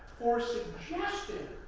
for suggesting